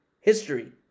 history